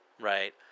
right